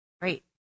Great